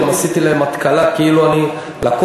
גם עשיתי להם התקלה, כאילו אני לקוח.